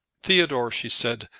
theodore, she said,